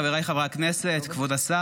של חבר הכנסת רון כץ,